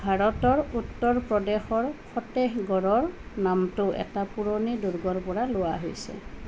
ভাৰতৰ উত্তৰ প্ৰদেশৰ ফতেহগড়ৰ নামটো এটা পুৰণি দুৰ্গৰ পৰা লোৱা হৈছে